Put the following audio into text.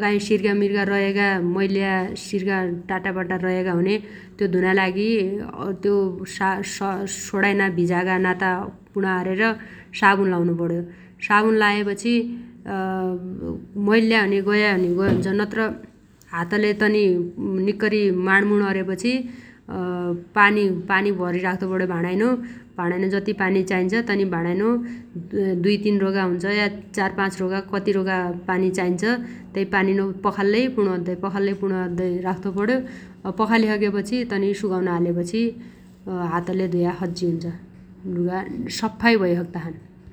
काइ सिर्गामिर्गा रयगा मैल्ल्या सिर्गा टाटापाटा रयगा हुन्या त्यो धुनाइ लागि सोणाइना भिजागा नाता पुणा गाणेर साबुन लाउनुपण्यो । साबुन लायपछि मैल्ल्या हुन्या गया हुन्या गया हुन्छ नत्र हातले तनि निक्कैरी माणमुण अरेपछि पानी -पानी भरिराख्तो पण्यो भाणाइनो । भाणाइनो जति पानी चाइन्छ तनि भाणाइनो दुइतिन रोगा हुन्छ या चार पाच रोगा कति रोगा पानि चाइन्छ तै पानिनो पखाल्लै पुणो अद्दै पखाल्लै पुणो अद्दै राख्तोपण्यो । अब पखालि सगेपछी तनि सुगाउन हालेपछि हातले धुया सज्जि हुन्छ । लुगा सफ्फा भैसक्ताछन् ।